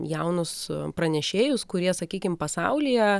jaunus pranešėjus kurie sakykim pasaulyje